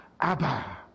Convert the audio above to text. Abba